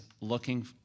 looking